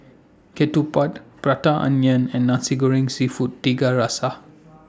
Ketupat Prata Onion and Nasi Goreng Seafood Tiga Rasa